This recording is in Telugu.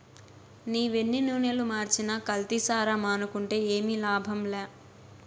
నీవెన్ని నూనలు మార్చినా కల్తీసారా మానుకుంటే ఏమి లాభంలా